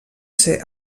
ser